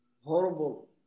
horrible